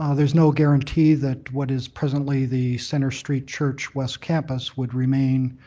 ah there's no guarantee that what is presently the centre street church west campus would remain